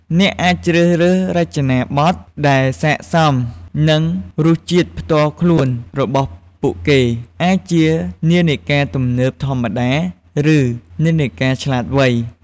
អ្នកអាចជ្រើសរើសរចនាប័ទ្មដែលស័ក្តិសមនឹងរសជាតិផ្ទាល់ខ្លួនរបស់ពួកគេ អាចជានាឡិកាទំនើបធម្មតា ឬ នាឡិកាឆ្លាតវៃ។